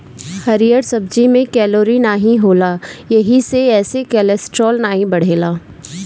हरिहर सब्जी में कैलोरी नाही होला एही से एसे कोलेस्ट्राल नाई बढ़ेला